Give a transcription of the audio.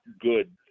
good